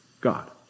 God